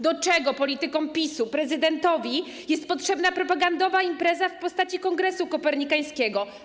Do czego politykom PiS-u, prezydentowi jest potrzebna propagandowa impreza w postaci Kongresu Kopernikańskiego?